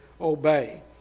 obey